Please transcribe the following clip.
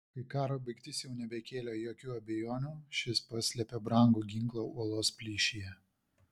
kai karo baigtis jau nebekėlė jokių abejonių šis paslėpė brangų ginklą uolos plyšyje